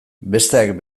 besteak